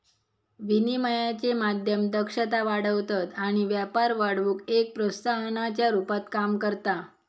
विनिमयाचे माध्यम दक्षता वाढवतत आणि व्यापार वाढवुक एक प्रोत्साहनाच्या रुपात काम करता